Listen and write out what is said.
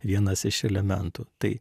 vienas iš elementų tai